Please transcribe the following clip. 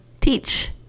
teach